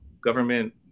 government